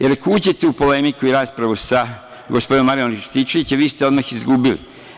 Jer, ako uđete u polemiku i raspravu sa gospodinom Marijanom Rističevićem, vi ste odmah izgubili.